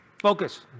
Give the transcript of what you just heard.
Focus